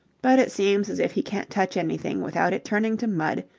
but it seems as if he can't touch anything without it turning to mud.